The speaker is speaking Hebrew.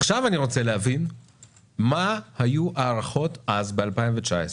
עכשיו אני רוצה להבין מה היו ההערכות אז ב-2019.